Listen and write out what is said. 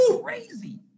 crazy